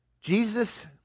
Jesus